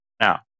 Now